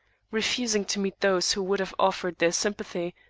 refusing to meet those who would have offered their sympathy,